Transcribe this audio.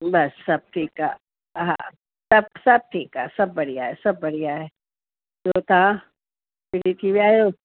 बसि सभु ठीकु आहे हा सभु सभु ठीकु आहे सभु बढ़िया आहे सभु बढ़िया आहे ॿियो तव्हां फ्री थी विया आहियो